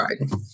Right